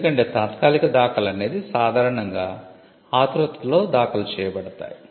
ఎందుకంటే తాత్కాలిక దాఖలు అనేది సాధారణంగా ఆతురుతలో దాఖలు చేయబడతాయి